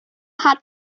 hat